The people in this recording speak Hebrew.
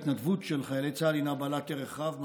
ההתנדבות של חיילי צה"ל הינה בעלת ערך רב,